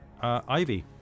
Ivy